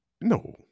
No